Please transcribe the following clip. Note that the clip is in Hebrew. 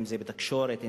אם בתקשורת,